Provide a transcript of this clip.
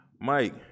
Mike